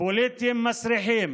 פוליטיים מסריחים,